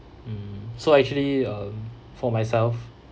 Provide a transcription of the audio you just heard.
mm so actually um for myself